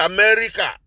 America